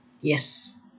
Yes